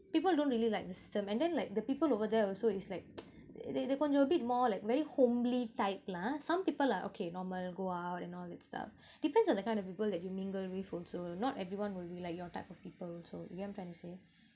people don't really like the system and then like the people over there also is like they they கொஞ்ச:konja a bit more like very homely type lah some people are okay normal go out and all that stuff depends on the kind of people that you mingle with also not everyone will be like your type of people also you get what I'm trying to say